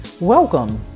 Welcome